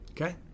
Okay